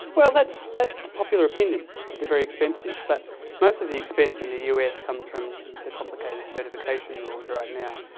that's that's the popular opinion, that they're very expensive, but most of the expense in the us comes from the complicated certification rules right now.